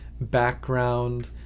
background